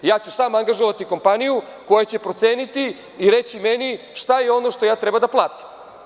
Sam ću angažovati kompaniju koja će proceniti i reći meni šta je ono što treba da platim.